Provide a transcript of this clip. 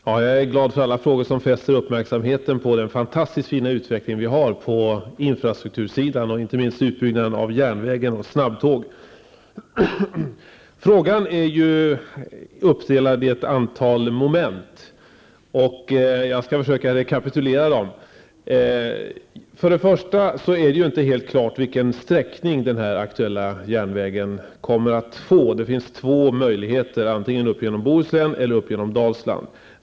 Herr talman! Jag är glad för alla frågor som fäster uppmärksamhet på den fantastiskt fina utveckling vi har inom infrastrukturområdet, inte minst utbyggnaden av järnväg och snabbtåg. Frågan är uppdelad i ett antal moment. Jag skall försöka rekapitulera dem. Till att börja med är det inte helt klart vilken sträckning denna järnväg kommer att få. Det finns två möjliga, antingen genom Bohuslän eller genom Dalsland.